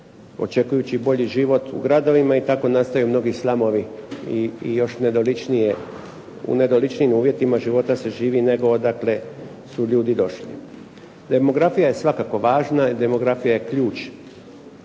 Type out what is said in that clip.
očekujući bolji život u gradovima i tako nastaju mnogi slamovi i još nedoličnije, u nedoličnijim uvjetima života se živi nego odakle su ljudi došli. Demografija je svakako važna, demografija je ključ